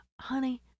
Honey